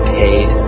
paid